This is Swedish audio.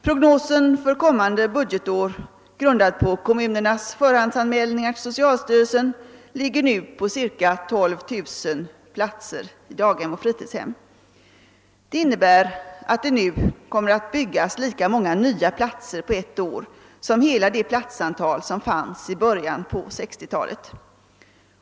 Prognosen för kommande budgetår, grundad på kommunernas förhandsanmälningar till socialstyrelsen, ligger nu på cirka 12 000 platser i daghem och fritidshem, vilket innebär att det nu kommer att färdigställas lika många nya platser på ett år som det fanns totalt i början på 1960 talet.